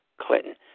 Clinton